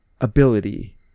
ability